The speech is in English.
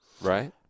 right